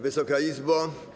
Wysoka Izbo!